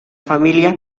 familia